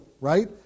Right